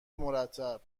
مرتب